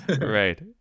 Right